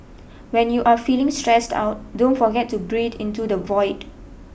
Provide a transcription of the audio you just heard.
when you are feeling stressed out don't forget to breathe into the void